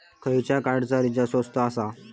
खयच्या कार्डचा रिचार्ज स्वस्त आसा?